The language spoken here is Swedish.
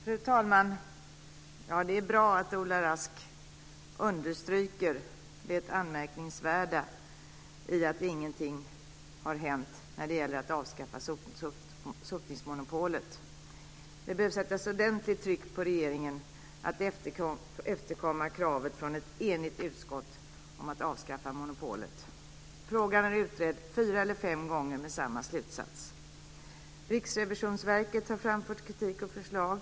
Fru talman! Det är bra att Ola Rask understryker det anmärkningsvärda i att ingenting har hänt när det gäller att avskaffa sotningsmonopolet. Man behöver sätta ordentligt tryck på regeringen att efterkomma kravet från ett enigt utskott om att avskaffa monopolet. Frågan är utredd fyra eller fem gånger med samma slutsats. Riksrevisionsverket har framfört kritik och förslag.